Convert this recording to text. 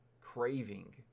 craving